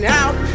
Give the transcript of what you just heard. out